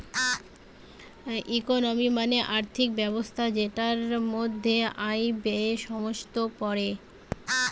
economy মানে আর্থিক ব্যবস্থা যেটার মধ্যে আয়, ব্যয়ে সমস্ত পড়ে